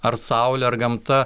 ar saule ar gamta